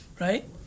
right